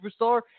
superstar